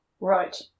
Right